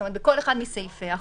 זאת אומרת בכל אחד מסעיפי החוק.